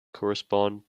correspond